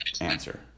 answer